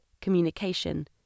communication